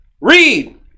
Read